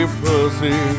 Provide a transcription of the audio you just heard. pussy